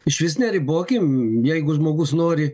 išvis neribokim jeigu žmogus nori